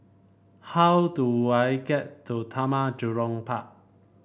how do I get to Taman Jurong Park